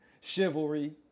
chivalry